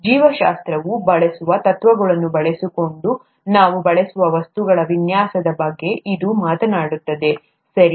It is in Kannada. ಜೀವಶಾಸ್ತ್ರವು ಬಳಸುವ ತತ್ವಗಳನ್ನು ಬಳಸಿಕೊಂಡು ನಾವು ಬಳಸುವ ವಸ್ತುಗಳ ವಿನ್ಯಾಸದ ಬಗ್ಗೆ ಇದು ಮಾತನಾಡುತ್ತದೆ ಸರಿ